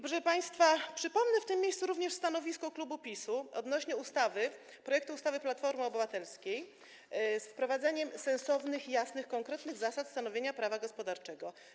Proszę państwa, przypomnę w tym miejscu stanowisko klubu PiS-u odnośnie do projektu ustawy Platformy Obywatelskiej wiążącej się z wprowadzeniem sensownych, jasnych, konkretnych zasad stanowienia prawa gospodarczego.